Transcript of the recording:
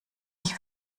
ich